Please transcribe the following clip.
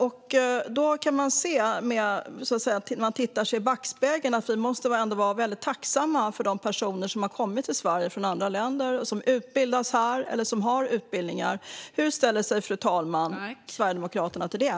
Om man tittar i backspegeln kan man se att vi ska vara väldigt tacksamma för de personer som kommit till Sverige från andra länder och som är utbildade eller utbildar sig här. Hur ställer sig Sverigedemokraterna till det?